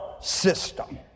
system